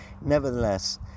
nevertheless